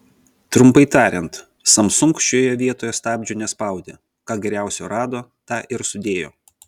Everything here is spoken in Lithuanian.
trumpai tariant samsung šioje vietoje stabdžių nespaudė ką geriausio rado tą ir sudėjo